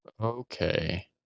Okay